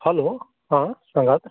hello आ सांगात